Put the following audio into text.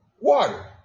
water